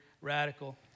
radical